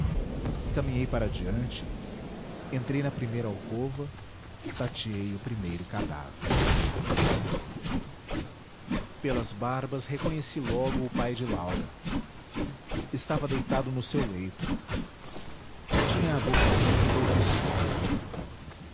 caminhei para diante entrei na primeira alcova tateei o primeiro cadáver pelas barbas reconheci logo o pai de laura estava deitado no seu leito tinha a boca úmida e viscosa